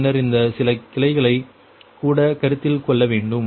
பின்னர் இந்த சில கிளைகளை கூட கருத்தில் கொள்ள வேண்டும்